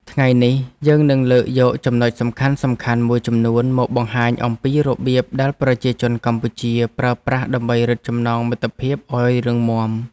ថ្ងៃនេះយើងនឹងលើកយកចំណុចសំខាន់ៗមួយចំនួនមកបង្ហាញអំពីរបៀបដែលប្រជាជនកម្ពុជាប្រើប្រាស់ដើម្បីរឹតចំណងមិត្តភាពឱ្យរឹងមាំ។